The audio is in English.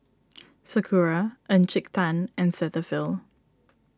Sakura Encik Tan and Cetaphil